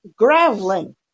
graveling